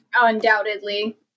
Undoubtedly